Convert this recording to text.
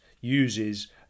uses